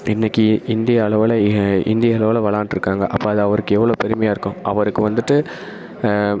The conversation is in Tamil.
இன்னைக்கு இண்டியா அளவில் இந்தியா அளவில் விளாண்ட்ருக்காங்க அப்போ அது அவருக்கு எவ்வளோ பெருமையாக இருக்கும் அவருக்கு வந்துவிட்டு